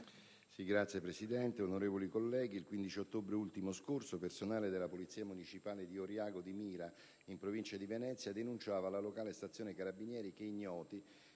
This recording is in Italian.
Signor Presidente, onorevoli colleghi, il 15 ottobre ultimo scorso personale della Polizia municipale di Oriago di Mira in provincia di Venezia denunciava alla locale stazione dei carabinieri che ignoti,